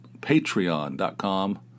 Patreon.com